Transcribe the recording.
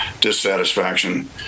dissatisfaction